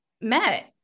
met